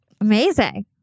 Amazing